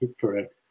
Correct